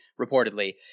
reportedly